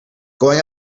going